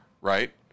right